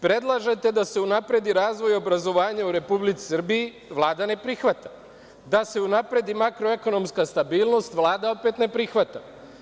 Predlažete da se unapredi razvoj obrazovanja u Republici Srbiji, Vlada ne prihvata, da se unapredi makroekonomska stabilnost, Vlada opet ne prihvata.